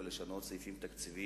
ולשנות סעיפים תקציביים.